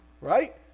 Right